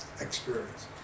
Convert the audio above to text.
experience